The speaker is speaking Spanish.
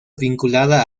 vinculada